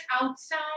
outside